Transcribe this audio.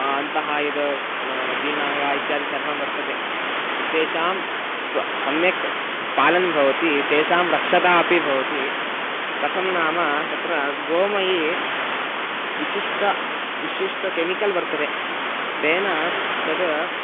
अन्तः यद् जीर्णाङ्गानि इत्यादि सर्वं वर्तते तेषां सम्यक् पालनं भवति तेषां रक्षता अपि भवति कथं नाम तत्र गोमये विशिष्टं विशिष्टं केमिकल् वर्तते तेन तद्